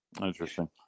Interesting